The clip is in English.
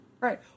Right